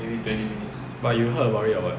but you heard about it or what